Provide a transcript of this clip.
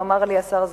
אמר לי השר,